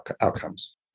outcomes